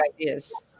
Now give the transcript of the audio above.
ideas